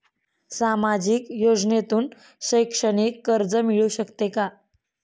सामाजिक योजनेतून शैक्षणिक कर्ज मिळू शकते का?